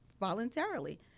voluntarily